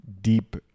deep